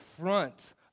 front